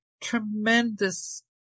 tremendous